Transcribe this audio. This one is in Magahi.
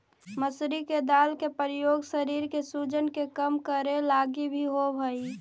मसूरी के दाल के प्रयोग शरीर के सूजन के कम करे लागी भी होब हई